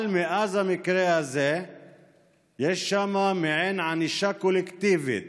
אבל מאז המקרה הזה יש שם מעין ענישה קולקטיבית